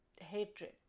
hatred